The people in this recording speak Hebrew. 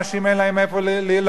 אנשים אין להם איפה לגור.